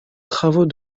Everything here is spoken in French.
travaux